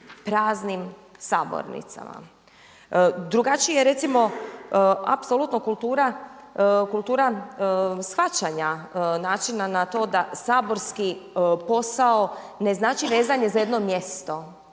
praznim sabornicama. Drugačija je recimo apsolutno kultura shvaćanja načina na to da saborski posao ne znači vezanje za jedno mjesto